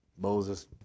Moses